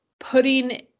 putting